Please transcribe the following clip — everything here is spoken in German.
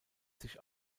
sich